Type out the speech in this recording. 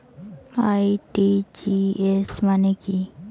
RTGS মানে কি?